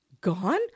gone